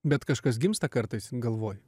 bet kažkas gimsta kartais galvoj